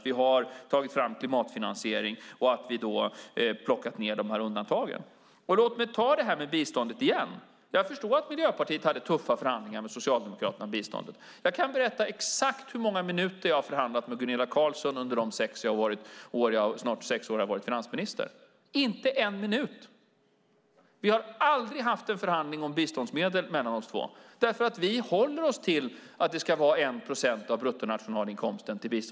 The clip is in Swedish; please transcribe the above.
Vi har tagit fram klimatfinansiering, och vi har plockat ned de här undantagen. Låt mig ta det här med biståndet igen. Jag förstår att Miljöpartiet hade tuffa förhandlingarna med Socialdemokraterna om biståndet. Jag kan berätta exakt hur många minuter jag har förhandlat med Gunilla Carlsson under de snart sex år jag har varit finansminister. Inte en minut! Vi har aldrig haft en förhandling om biståndsmedlen oss emellan, för vi håller oss till att det ska vara 1 procent av bruttonationalinkomsten.